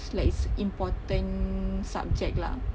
like it's important subject lah